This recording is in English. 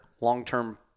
long-term